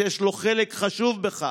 שיש לו חלק חשוב בכך.